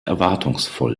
erwartungsvoll